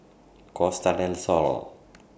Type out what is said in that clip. Costa Del Sol